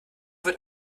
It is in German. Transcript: wird